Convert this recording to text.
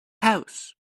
house